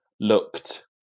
looked